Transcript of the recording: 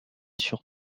sur